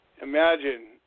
imagine